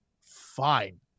Fine